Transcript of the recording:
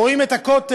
רואים את הכותל,